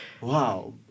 Wow